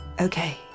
Okay